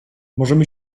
możemy